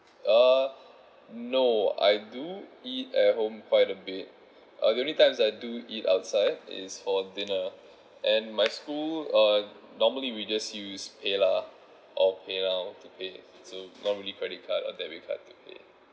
uh no I do eat at home quite a bit uh the only time is I do eat outside is for dinner and my school uh normally we just use paylah or paynow to pay so not really credit card or debit card to pay